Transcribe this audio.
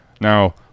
Now